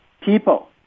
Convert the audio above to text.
People